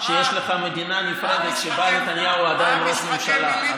שיש לך מדינה נפרדת שבה נתניהו עדיין ראש ממשלה,